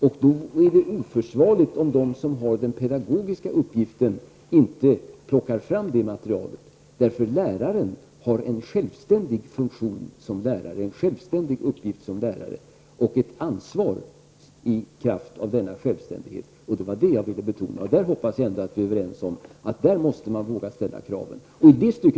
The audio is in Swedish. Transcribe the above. Det är därför oförsvarligt om de som har den pedagogiska uppgiften inte plockar fram det materialet. Läraren har en självständig uppgift som lärare och ett ansvar i kraft av denna självständighet. Detta ville jag betona. Jag hoppas att vi är överens om att man måste våga ställa krav i det avseendet.